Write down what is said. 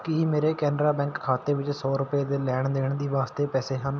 ਕੀ ਮੇਰੇ ਕੇਨਰਾ ਬੈਂਕ ਖਾਤੇ ਵਿੱਚ ਸੌ ਰੁਪਏ ਦੇ ਲੈਣ ਦੇਣ ਦੀ ਵਾਸਤੇ ਪੈਸੇ ਹਨ